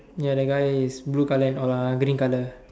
ya that guy is blue colour and what ah green colour